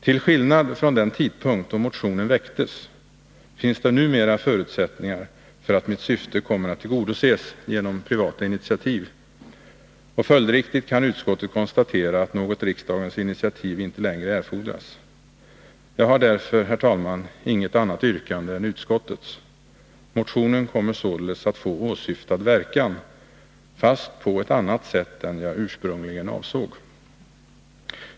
Till skillnad från den tidpunkt då motionen väcktes, finns det numera förutsättningar för att mitt syfte kommer att tillgodoses genom privata initiativ, och följdriktigt kan utskottet konstatera att något riksdagens initiativ inte längre erfordras. Jag har därför, herr talman, inget annat yrkande än utskottets. Motionen kommer således att få åsyftad verkan, fast på ett annat sätt än jag ursprungligen avsåg.